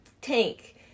tank